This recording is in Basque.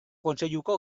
kontseiluko